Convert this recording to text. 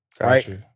right